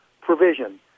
provision